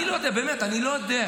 אני לא יודע, באמת, אני לא יודע.